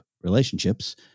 relationships